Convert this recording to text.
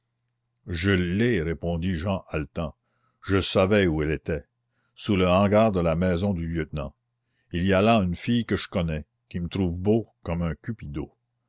je l'ai répondit jehan haletant je savais où elle était sous le hangar de la maison du lieutenant il y a là une fille que je connais qui me trouve beau comme un cupido